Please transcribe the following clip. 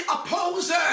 Opposer